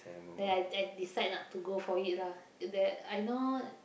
then I I decide not to go for it lah that I know